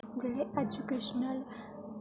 जेह्ड़े ऐजूकेशनल